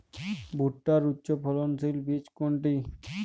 ভূট্টার উচ্চফলনশীল বীজ কোনটি?